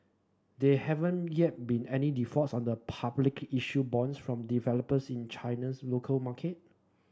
there haven't yet been any defaults on the publicly issued bonds from developers in China's local market